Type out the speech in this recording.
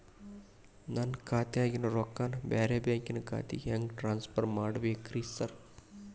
ನನ್ನ ಖಾತ್ಯಾಗಿನ ರೊಕ್ಕಾನ ಬ್ಯಾರೆ ಬ್ಯಾಂಕಿನ ಖಾತೆಗೆ ಹೆಂಗ್ ಟ್ರಾನ್ಸ್ ಪರ್ ಮಾಡ್ಬೇಕ್ರಿ ಸಾರ್?